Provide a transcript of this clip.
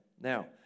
Now